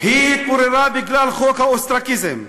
היא התפוררה בגלל חוק האוסטרקיזם,